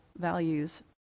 values